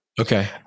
okay